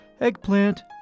Eggplant